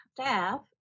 staff